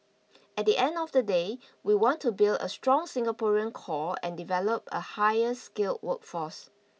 at the end of the day we want to build a strong Singaporean core and develop a higher skilled workforce